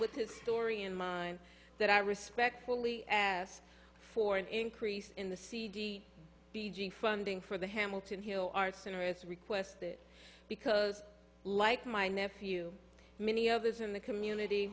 with his story in mind that i respectfully ask for an increase in the cd funding for the hamilton hill arts center as requested because like my nephew many others in the community